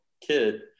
kid